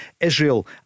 Israel